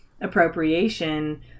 appropriation